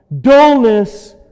Dullness